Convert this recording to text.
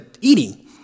eating